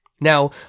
now